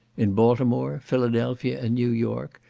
in baltimore, philadelphia, and new york,